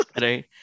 right